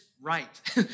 right